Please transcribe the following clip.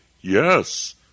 Yes